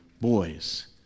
boys